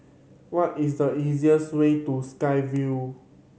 what is the easiest way to Sky Vue